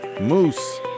Moose